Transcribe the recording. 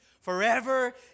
forever